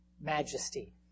majesty